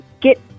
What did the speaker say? get